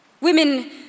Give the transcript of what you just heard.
Women